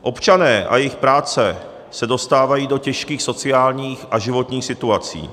Občané a jejich práce se dostávají do těžkých sociálních a životních situací.